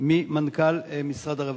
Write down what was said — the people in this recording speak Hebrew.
ממנכ"ל משרד הרווחה.